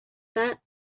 that